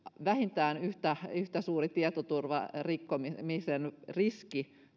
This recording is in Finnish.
vähintään yhtä suuri tietoturvarikkomisen riski